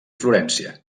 florència